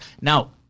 Now